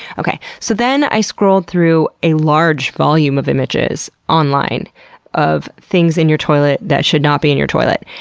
okay, so, then i then scrolled through a large volume of images online of things in your toilet that should not be in your toilet,